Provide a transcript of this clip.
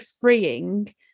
freeing